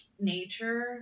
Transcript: nature